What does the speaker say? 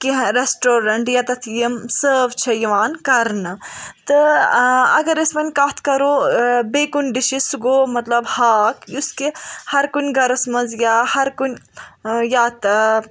کیٚنٛہہ ریسٹورَنٹ ییٚتَٮ۪تھ یِم سٲو چھِ یوان کَرنہٕ تہٕ اگر أسۍ وۄنۍ کَتھ کَرو بیٚیہِ کُنہِ ڈِشِچ سُہ گوٚو مطلب ہاک یُس کہِ ہَر کُنہِ گَرس منٛز یا ہَر کُنہِ یَتھ